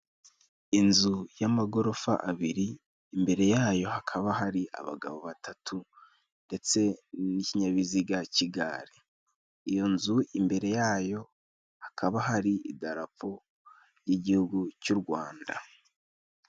Inzu y'amagorofa abiri imbere ya yo hakaba hari abagabo batatu ndetse n'ikinyabiziga cy'igare. Iyo nzu imbere yayo hakaba hari idarapo ry'igihugu cy'u Rwanda.